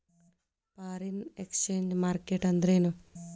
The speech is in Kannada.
ಫಾರಿನ್ ಎಕ್ಸ್ಚೆಂಜ್ ಮಾರ್ಕೆಟ್ ಅಂದ್ರೇನು?